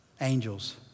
angels